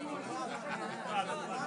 לשמוע שלושה אנשים מאותו ארגון.